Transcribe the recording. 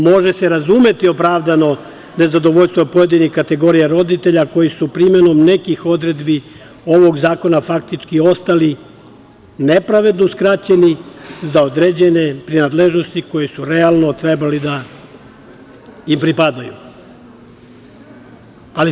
Može se razumeti opravdano nezadovoljstvo pojedinih kategorija roditelja koji su primenom nekih odredbi ovog zakona faktički ostali nepravedno uskraćeni za određene prinadležnosti koje su realno trebale da im pripadaju.